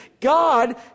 God